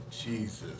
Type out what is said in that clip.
Jesus